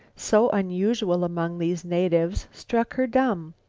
so unusual among these natives, struck her dumb.